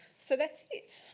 so, that's it.